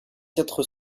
quatre